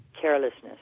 carelessness